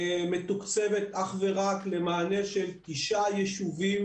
מתוקצבת אך ורק למענה של תשעה יישובים